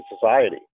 society